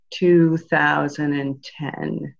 2010